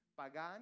Pagan